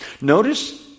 Notice